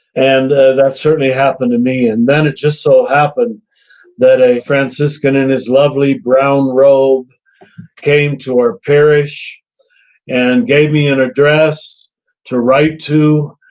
and ah that certainly happened to me. and then it just so happened that a franciscan in his lovely brown robe came to our parish and gave me an address to write to,